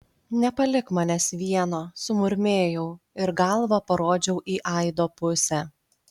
nepalik manęs vieno sumurmėjau ir galva parodžiau į aido pusę